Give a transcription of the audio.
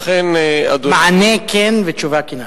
אכן, אדוני, מענה כן ותשובה כנה.